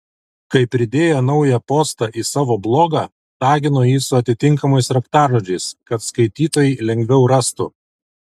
kai pridėjo naują postą į savo blogą tagino jį su atitinkamais raktažodžiais kad skaitytojai lengviau rastų